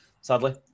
sadly